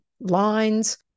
lines